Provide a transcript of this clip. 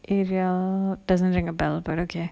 arial doesn't ring a bell but okay